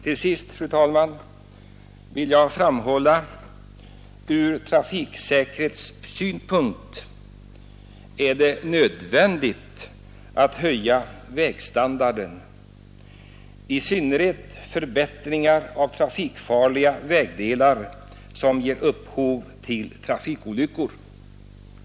Till sist, fru talman, vill jag gärna framhålla att det från trafiksäkerhetssynpunkt är nödvändigt att höja vägstandarden, i synnerhet att genomföra förbättringar av trafikfarliga vägdelar som ger upphov till trafikolyckor.